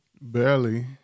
Barely